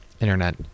Internet